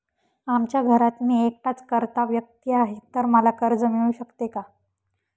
आमच्या घरात मी एकटाच कर्ता व्यक्ती आहे, तर मला कर्ज मिळू शकते का?